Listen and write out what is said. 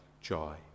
joy